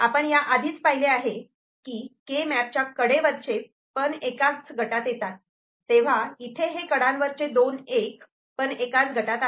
आपण या आधीच पाहिले आहे की के मॅप च्या कडे वरचे एकाच गटात येतात तेव्हा इथे हे कडांवरचे दोन 1पण एकाच गटात आहेत